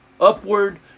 upward